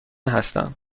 هستم